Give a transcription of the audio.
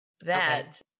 That-